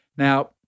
Now